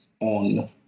on